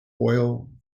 oil